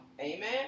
Amen